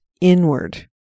inward